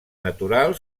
natural